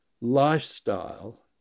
lifestyle